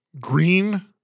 green